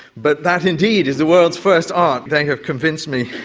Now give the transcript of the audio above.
but that indeed is the world's first art, they have convinced me.